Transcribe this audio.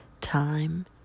Time